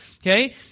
okay